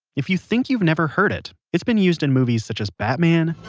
if you think you've never heard it, it's been used in movies such as batman.